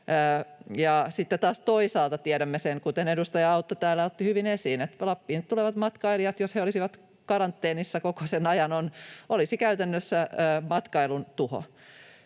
toisaalta tiedämme sen, kuten edustaja Autto täällä otti hyvin esiin, että jos Lappiin tulevat matkailijat olisivat karanteenissa koko sen ajan, se olisi käytännössä matkailun tuho.